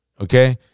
okay